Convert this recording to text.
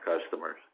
customers